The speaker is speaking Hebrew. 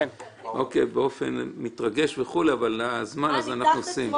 אני מתרגש וכולי אבל נעשה את זה